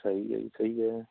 ਸਹੀ ਆ ਜੀ ਸਹੀ ਆ